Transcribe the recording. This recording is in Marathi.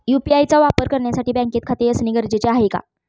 यु.पी.आय चा वापर करण्यासाठी बँकेत खाते असणे गरजेचे आहे का?